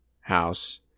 house